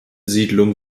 siedlung